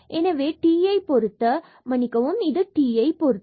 எனவே t யைப் பொருத்த மன்னிக்கவும் இது t யை பொருத்தது